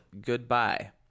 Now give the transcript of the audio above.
goodbye